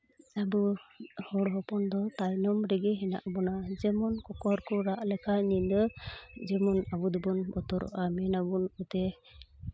ᱟᱵᱚ ᱦᱚᱲ ᱦᱚᱯᱚᱱ ᱫᱚ ᱛᱟᱭᱚᱢ ᱨᱮᱜᱮ ᱦᱮᱱᱟᱜ ᱵᱳᱱᱟ ᱡᱮᱢᱚᱱ ᱠᱚᱠᱚᱨ ᱠᱚ ᱨᱟᱜ ᱞᱮᱠᱷᱟᱱ ᱧᱤᱫᱟᱹ ᱡᱮᱢᱚᱱ ᱟᱵᱚ ᱫᱚᱵᱚᱱ ᱵᱚᱛᱚᱨᱚᱜᱼᱟ ᱢᱮᱱ ᱟᱵᱚᱱ ᱚᱛᱮ